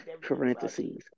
Parentheses